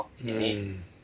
mm